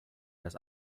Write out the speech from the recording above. das